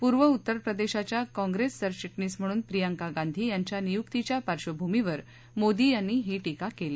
पूर्व उत्तर प्रदेशाच्या काँग्रेस सरचिटणीस म्हणून प्रियंका गांधी यांच्या नियुक्तीच्या पार्श्वभूमीवर मोदी यांनी ही टीका केली